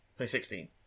2016